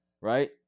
Right